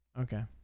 Okay